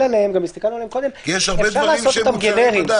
אפשר לעשות אותם גנריים.